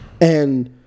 And-